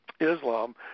Islam